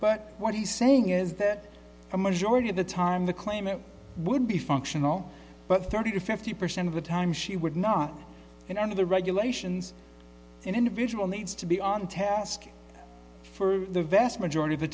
but what he's saying is that a majority of the time the claimant would be functional but thirty to fifty percent of the time she would not and under the regulations an individual needs to be on task for the vast majority of the